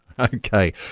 Okay